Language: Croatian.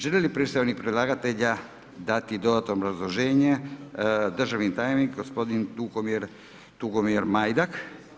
Želi li predstavnik predlagatelja dati dodatno obrazloženje, državni tajnik gospodin Tugomir Majdak?